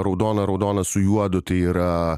raudona raudona su juodu tai yra